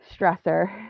stressor